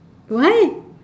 what